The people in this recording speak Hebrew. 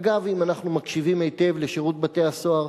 אגב, אם אנחנו מקשיבים היטב לשירות בתי-הסוהר,